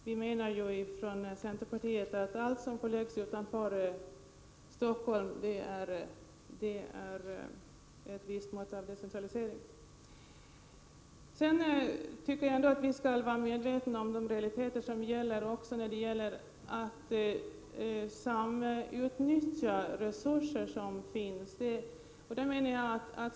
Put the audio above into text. Vi i centerpartiet menar att all lokalisering utanför Stockholm utgör ett visst mått av decentralisering. Vi skall vara medvetna om de realiteter som gäller också när det är fråga om att samutnyttja befintliga resurser.